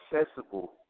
accessible